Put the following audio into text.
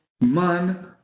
man